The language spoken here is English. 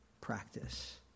practice